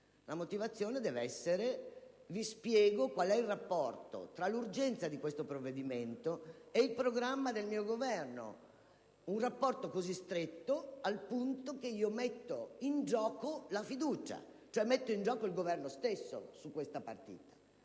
La motivazione deve essere: vi spiego qual è il rapporto tra l'urgenza di questo provvedimento e il programma del mio Governo, un rapporto così stretto al punto che metto in gioco la fiducia, cioè metto in gioco il Governo stesso su questa partita.